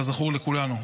כזכור לכולנו.